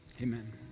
Amen